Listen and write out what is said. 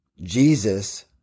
Jesus